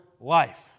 life